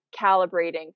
calibrating